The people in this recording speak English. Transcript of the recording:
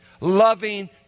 loving